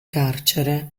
carcere